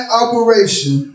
operation